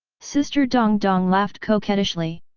sister dong dong laughed coquettishly.